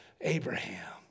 Abraham